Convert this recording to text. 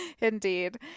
indeed